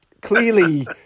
Clearly